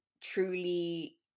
truly